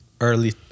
early